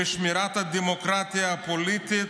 שמירת הדמוקרטיה הפוליטית,